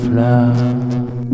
love